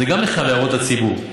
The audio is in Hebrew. זה גם נחשב להערות לציבור.